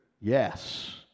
Yes